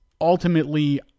Ultimately